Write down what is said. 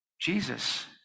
Jesus